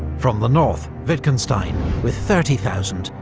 from the north, wittgenstein with thirty thousand,